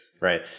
right